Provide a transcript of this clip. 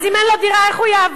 אז אם אין לו דירה איך הוא יעבוד?